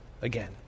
again